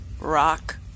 rock